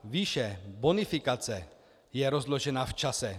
Výše bonifikace je rozložena v čase.